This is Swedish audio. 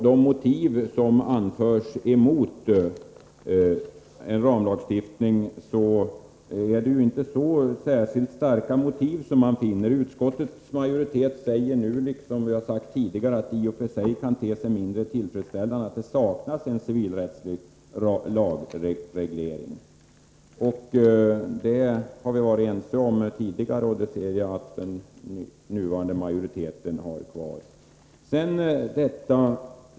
De motiv som anförs emot en ramlagstiftning är inte särskilt starka. Utskottsmajoriteten säger nu liksom tidigare att det i och för sig kan te sig mindre tillfredsställande att det saknas en civilrättslig lagreglering. Det har vi varit ense om tidigare, och det ser jag att den nuvarande majoriteten fortfarande anser.